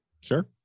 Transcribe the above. Sure